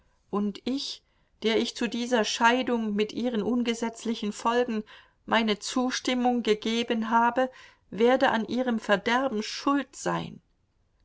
und ich der ich zu dieser scheidung mit ihren ungesetzlichen folgen meine zustimmung gegeben habe werde an ihrem verderben schuld sein